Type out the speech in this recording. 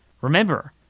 Remember